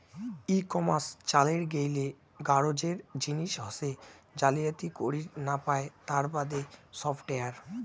ই commerce চালের গেইলে গরোজের জিনিস হসে জালিয়াতি করির না পায় তার বাদে সফটওয়্যার